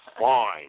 fine